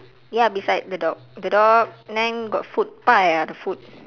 ya beside the dog the dog and then got food pie ah the food